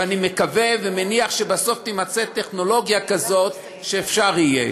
ואני מקווה ומניח שבסוף תימצא טכנולוגיה כזאת שאפשר יהיה.